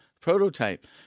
prototype